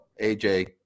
AJ